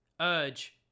urge